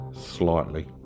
slightly